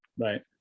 right